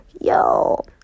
yo